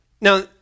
Now